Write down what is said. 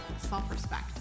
self-respect